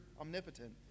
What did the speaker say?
omnipotent